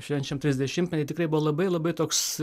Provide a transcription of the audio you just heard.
švenčiam trisdešimtmetį tikrai buvo labai labai toks